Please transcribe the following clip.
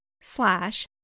slash